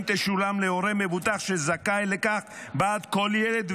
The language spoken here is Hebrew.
תשולם להורה מבוטח שזכאי לכך בעד כל ילד,